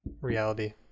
reality